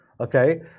okay